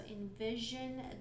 envision